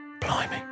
Blimey